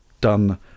done